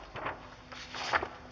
jaa päättyi